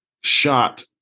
shot